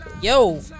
Yo